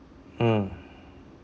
hmm